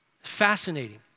Fascinating